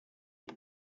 that